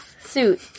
suit